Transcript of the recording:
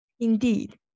Indeed